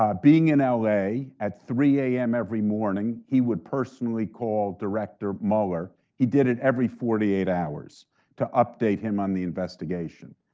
um being in l a. at three zero a m. every morning he would personally call director mueller. he did it every forty eight hours to update him on the investigation.